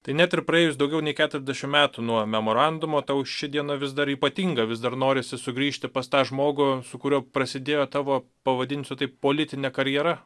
tai net ir praėjus daugiau nei keturiasdešimt metų nuo memorandumo tau ši diena vis dar ypatinga vis dar norisi sugrįžti pas tą žmogų su kuriuo prasidėjo tavo pavadinsiu taip politinė karjera